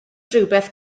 rhywbeth